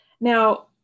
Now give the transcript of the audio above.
Now